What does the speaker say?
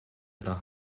tra